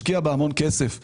ישקיע בה המון כסף בציוד,